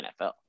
NFL